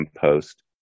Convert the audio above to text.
post